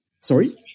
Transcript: Sorry